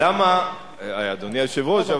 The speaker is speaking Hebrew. אדוני היושב-ראש,